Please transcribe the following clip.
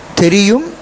terium